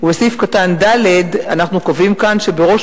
בסעיף קטן (ד) אנחנו קובעים כאן ש"בראש